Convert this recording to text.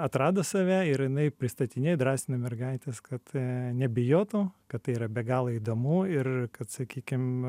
atrado save ir jinai pristatinėja drąsina mergaites kad nebijotų kad tai yra be galo įdomu ir kad sakykim